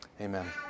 Amen